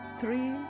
three